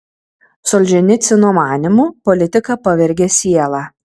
solženicyno manymu politika pavergia sielą